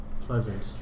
Pleasant